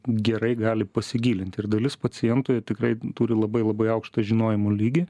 gerai gali pasigilinti ir dalis pacientų jie tikrai turi labai labai aukštą žinojimo lygį